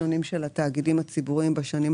להסדרת הימורים בספורט ובמפעל הפיס.